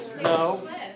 No